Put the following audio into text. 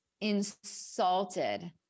insulted